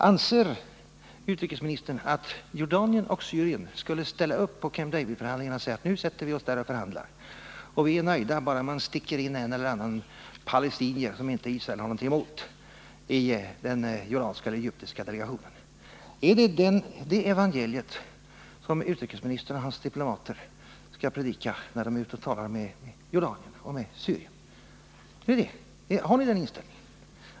Anser utrikesministern att Jordanien och Syrien borde ställa upp i Camp David-förhandlingarna och säga: Nu sätter vi oss där och förhandlar, och vi är nöjda bara man sticker in en eller annan palestinier som inte Israel har någonting emot i den jordanska eller egyptiska delegationen? Är det det evangeliet som utrikesministern och hans diplomater skall predika när de är ute och talar med jordanierna och syrierna? Har ni den inställningen?